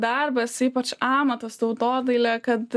darbas ypač amatas tautodailė kad